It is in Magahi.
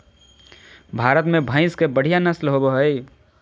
भारत में भैंस के बढ़िया नस्ल होबो हइ